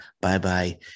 Bye-bye